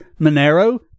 Monero